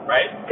Right